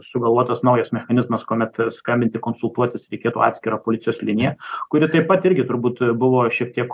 sugalvotas naujas mechanizmas kuomet skambinti konsultuotis reikėtų atskirą policijos liniją kuri taip pat irgi turbūt buvo šiek tiek